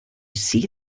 see